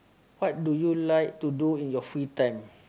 what do you like to do in your free time